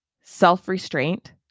self-restraint